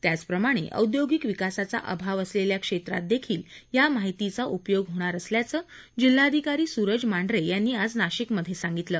त्याचप्रमाणे विकासाचा अभाव असलेल्या क्षेत्रातदेखील या माहितीचा उपयोग होणार असल्याचं जिल्हाधिकारी सूरज मांढरे नाशिकमधे यांनी सांगितलं